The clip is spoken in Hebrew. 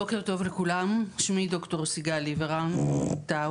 בוקר טוב לכולם, שמי ד"ר סיגל עיוור עם טאוב.